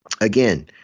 again